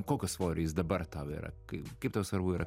kokio svorio jis dabar tau yra kai kaip tau svarbu yra